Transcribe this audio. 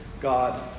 God